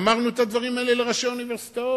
אמרנו את הדברים האלה לראשי האוניברסיטאות,